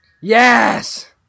Yes